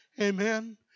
Amen